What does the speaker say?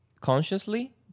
consciously